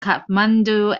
kathmandu